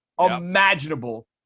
imaginable